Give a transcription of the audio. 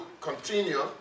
continue